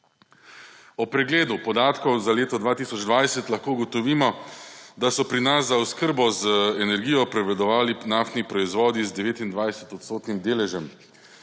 Ob pregledu podatkov za leto 2020 lahko ugotovimo, da so pri nas za oskrbo z energijo prevladovali naftni proizvodi z 29-odstotnim deležem,